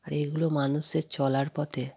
আর এগুলো মানুষের চলার পথে